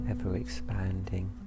ever-expanding